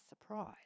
surprise